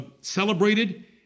celebrated